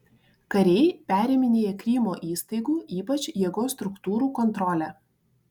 kariai periminėja krymo įstaigų ypač jėgos struktūrų kontrolę